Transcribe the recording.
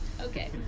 Okay